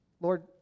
Lord